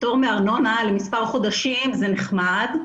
פטור מארנונה למספר חודשים זה נחמד.